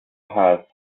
has